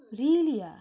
really ah